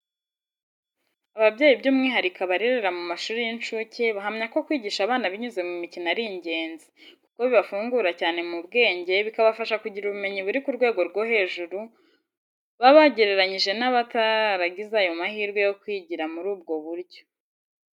Ababyeyi by’umwihariko abarerera mu mashuri y’incuke, bahamya ko kwigisha abana binyuze mu mikino ari ingenzi, kuko bibafungura cyane mu bwenge bikabafasha kugira ubumenyi buri ku rwego rwo hejuru, babagereranyije n’abataragize ayo mahirwe yo kwigira muri ubwo buryo.